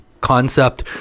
concept